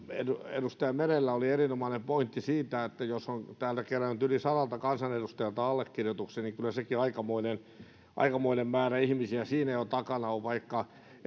edustaja merellä oli erinomainen pointti siitä että jos on täältä kerännyt yli sadalta kansanedustajalta allekirjoituksen niin kyllä sekin aikamoinen aikamoinen määrä ihmisiä siinä jo takana on vaikka